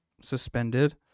suspended